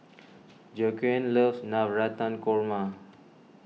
Joaquin loves Navratan Korma